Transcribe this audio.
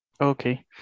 Okay